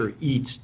eats